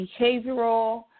behavioral